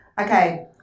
Okay